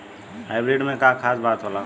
Hybrid में का खास बात होला?